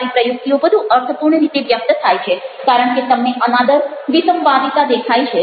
તમારી પ્રયુક્તિઓ વધુ અર્થપૂર્ણ રીતે વ્યક્ત થાય છે કારણ કે તમને અનાદર વિસંવાદિતા દેખાય છે